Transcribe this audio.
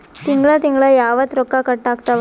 ತಿಂಗಳ ತಿಂಗ್ಳ ಯಾವತ್ತ ರೊಕ್ಕ ಕಟ್ ಆಗ್ತಾವ?